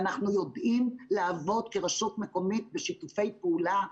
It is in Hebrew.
ואנחנו יודעים לעבוד כרשות מקומית בשיתופי פעולה,